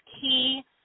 key